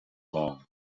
long